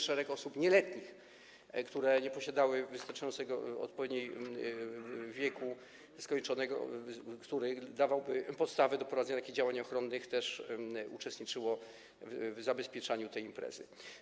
Szereg osób nieletnich, które nie posiadały wystarczającego, odpowiedniego wieku, który dawałby podstawę do prowadzenia działań ochronnych, też uczestniczyło w zabezpieczaniu tej imprezy.